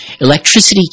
Electricity